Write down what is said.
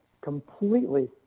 completely